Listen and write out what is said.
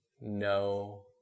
no